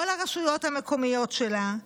כל הרשויות המקומיות שלה,